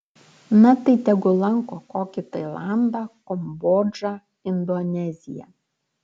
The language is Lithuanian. na tai tegul lanko kokį tailandą kambodžą indoneziją